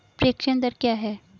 प्रेषण दर क्या है?